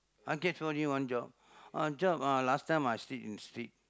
I get for you one job uh job ah last time I sleep in street